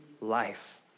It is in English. life